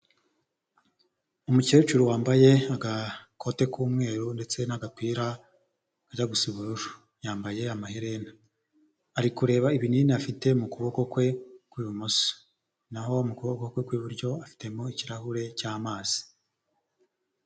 Umukecuru wambaye agakote k'umweru ndetse n'agapira Kajya gusa ubururu yambaye amaherena, ari kureba ibinini afite mu kuboko kwe kw'ibumoso n'aho mu kuboko kwe kw'iburyo afitemo ikirahure cy'amazi.